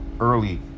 Early